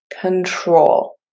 control